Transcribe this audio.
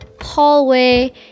hallway